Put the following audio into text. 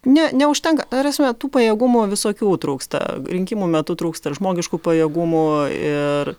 ne neužtenka ta prasme tų pajėgumų visokių trūksta rinkimų metu trūksta žmogiškų pajėgumų ir